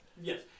Yes